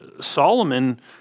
Solomon